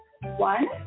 One